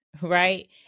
right